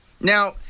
Now